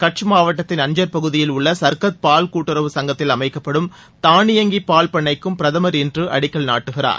கட்ச் மாவட்டத்தின் அன்ஜர் பகுதியில் உள்ள சர்கத் பால் கூட்டுறவு சங்கத்தில் அமைக்கப்படும் தானியங்கி பால் பண்ணைக்கும் பிரதமர் இன்று அடிக்கல் நாட்டுகிறார்